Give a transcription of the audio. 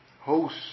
host